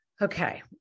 Okay